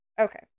Okay